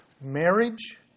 marriage